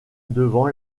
devant